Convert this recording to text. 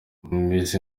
muzi